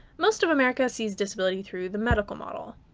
most of america sees disability through the medical model